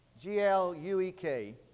G-L-U-E-K